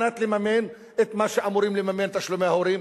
לממן את מה שאמורים לממן תשלומי הורים,